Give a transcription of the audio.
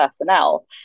personnel